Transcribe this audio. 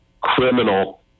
criminal